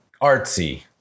artsy